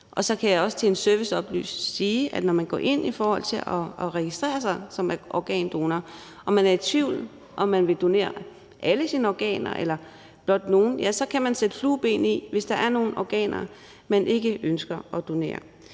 Så kan jeg også som en serviceoplysning sige, at man, når man går ind i forhold til at registrere sig som organdonor, og man er i tvivl, om man vil donere alle sine organer eller blot nogle, så kan sætte flueben ved det, hvis der er nogle organer, man ikke ønsker at donere.